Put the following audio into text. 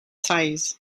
size